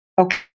Okay